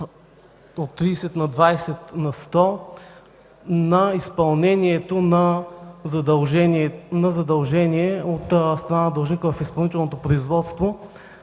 от 30 на 20 на сто на изпълнението на задължение от страна на длъжника в изпълнителното производство,